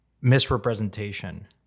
misrepresentation